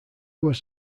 was